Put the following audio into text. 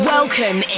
Welcome